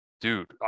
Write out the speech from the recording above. dude